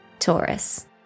Taurus